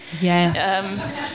Yes